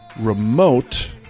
remote